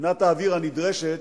מנת האוויר הנדרשת,